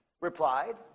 replied